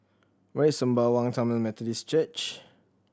where is Sembawang Tamil Methodist Church